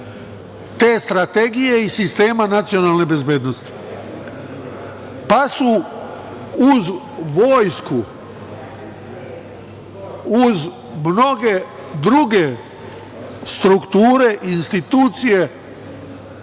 te strategije i sistema nacionalne bezbednosti, pa su vojsku uz mnoge druge strukture institucije